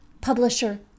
publisher